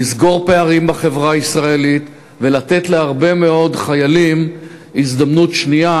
לסגור פערים בחברה הישראלית ולתת להרבה מאוד חיילים הזדמנות שנייה,